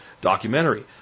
documentary